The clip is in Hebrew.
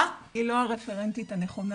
היא לא בקיאה בתחום.